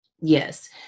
yes